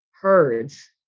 herds